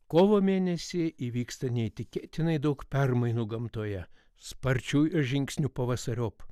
kovo mėnesį įvyksta neįtikėtinai daug permainų gamtoje sparčiu žingsniu pavasariop